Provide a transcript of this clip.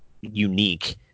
unique